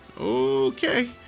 Okay